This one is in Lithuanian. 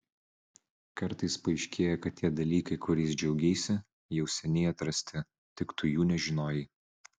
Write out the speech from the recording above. kartais paaiškėja kad tie dalykai kuriais džiaugeisi jau seniai atrasti tik tu jų nežinojai